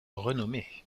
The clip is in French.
renommé